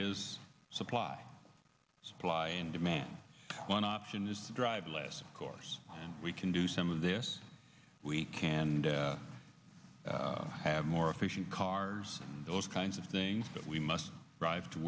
is supply supply and demand one option is to drive less of course and we can do some of this we can have more efficient cars and those kinds of things but we must drive to